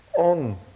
on